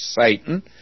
Satan